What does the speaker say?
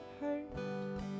hurt